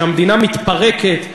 שהמדינה מתפרקת,